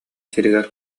сиригэр